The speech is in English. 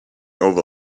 over